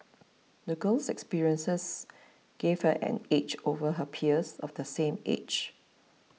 the girl's experiences gave her an edge over her peers of the same age